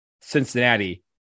Cincinnati